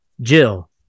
Jill